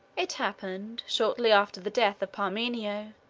it happened, shortly after the death of parmenio,